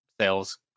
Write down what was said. sales